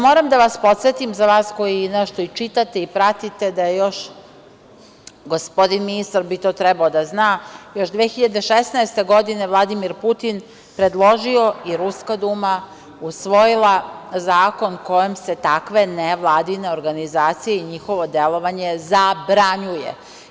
Moram da vas podsetim, vas koji nešto i čitate i pratite, gospodin ministar bi to trebao da zna, da je još 2016. godine Vladimir Putin predložio i Ruska duma usvojila zakon kojim se takve nevladine organizacije i njihovo delovanje zabranjuje.